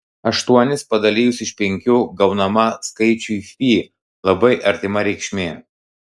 aštuonis padalijus iš penkių gaunama skaičiui fi labai artima reikšmė